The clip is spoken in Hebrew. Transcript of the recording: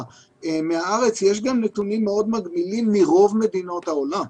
מהארץ - יש גם נתונים מאוד מקבילים מרוב מדינות העולם.